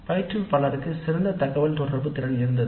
பயிற்றுவிப்பாளருக்கு சிறந்த தகவல் தொடர்பு திறன் இருந்தது